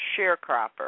sharecropper